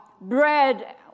bread